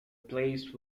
placed